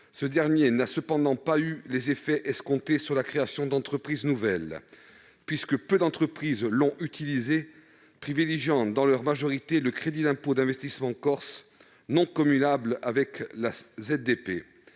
ce dernier n'a cependant pas eu les effets escomptés sur la création d'entreprises nouvelles. En effet, peu d'entreprises l'ont utilisé, privilégiant dans leur majorité le crédit d'impôt pour investissement en Corse, non cumulable avec le